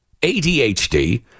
ADHD